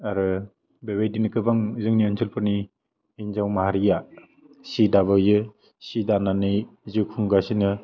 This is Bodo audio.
आरो बेबायदिनो गोबां जोंनि ओनसोलफोरनि हिन्जाव माहारिया सि दाबोयो सि दानानै जिउ खुंगासिनो